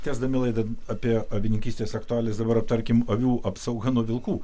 tęsdami laidą apie avininkystės aktualias dabar aptarkim avių apsauga nuo vilkų